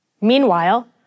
Meanwhile